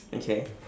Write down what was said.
okay